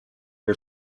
are